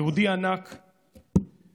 יהודי ענק שחזונו,